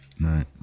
right